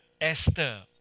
Esther